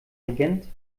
regent